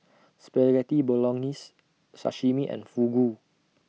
Spaghetti Bolognese Sashimi and Fugu